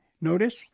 notice